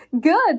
Good